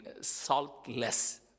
saltless